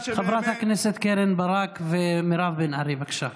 חברות הכנסת קרן ברק ומירב בן ארי, בבקשה,